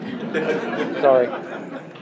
Sorry